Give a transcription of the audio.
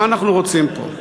מה אנחנו רוצים פה?